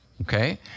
Okay